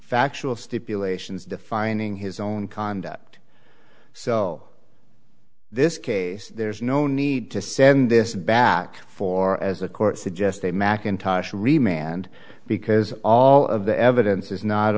factual stipulations defining his own conduct so this case there's no need to send this back for as a court suggest a mackintosh remain and because all of the evidence is not